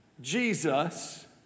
Jesus